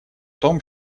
том